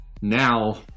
Now